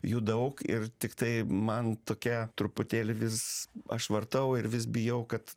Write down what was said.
jų daug ir tiktai man tokia truputėlį vis aš vartau ir vis bijau kad